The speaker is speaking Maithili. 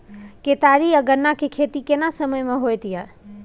केतारी आ गन्ना के खेती केना समय में होयत या?